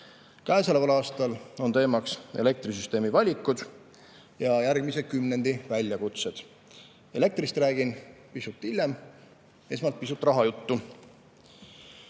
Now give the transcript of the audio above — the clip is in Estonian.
Käesoleval aastal on teema elektrisüsteemi valikud ja järgmise kümnendi väljakutsed. Elektrist räägin hiljem. Esmalt pisut rahajuttu. Raporti